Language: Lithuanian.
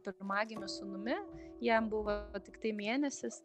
pirmagimiu sūnumi jam buvo tiktai mėnesis